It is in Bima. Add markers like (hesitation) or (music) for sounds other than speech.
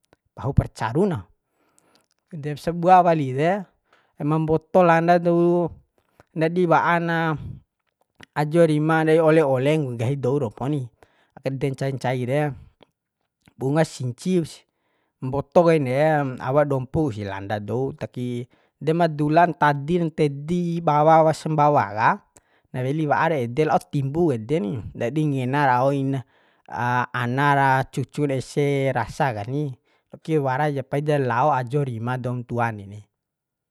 Pahup ra caru na de sabua wali de ma mboto landa dou ndadi wa'a na ajo rima ndai ole ole nggahi dou romo ni ede nci ncai re bunga sinci kusi mboto kain re awa dompu si landa dou taki dema dula ntadir ntedi bawa awa sambawa ka weli wa'ar ede lao timbu ede ni ndadi ngena rau ina (hesitation) ara ra cucun ese rasa kani kiwara ja paidar lao ajo rima doum tuan reni